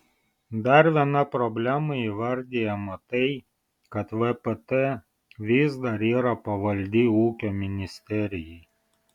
dar viena problema įvardijama tai kad vpt vis dar yra pavaldi ūkio ministerijai